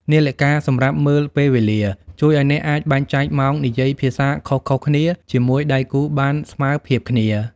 នាឡិកាសម្រាប់មើលពេលវេលា ជួយឱ្យអ្នកអាចបែងចែកម៉ោងនិយាយភាសាខុសៗគ្នាជាមួយដៃគូបានស្មើភាពគ្នា។